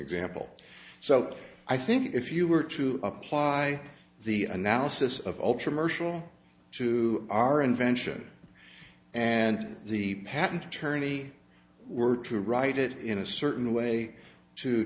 example so i think if you were to apply the analysis of ultra mercial to our invention and the patent attorney were to write it in a certain way to